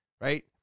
right